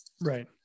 Right